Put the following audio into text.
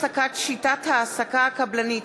הצעת חוק הפסקת שיטת ההעסקה הקבלנית,